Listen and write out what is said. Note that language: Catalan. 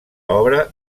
obra